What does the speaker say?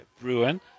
Bruin